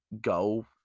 go